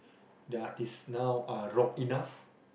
the artists now are rock enough